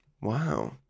Wow